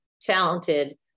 talented